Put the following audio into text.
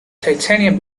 titanium